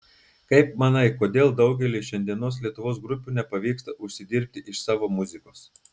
kaip manai kodėl daugeliui šiandienos lietuvos grupių nepavyksta užsidirbti iš savo muzikos